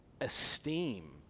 esteem